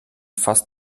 fast